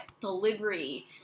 delivery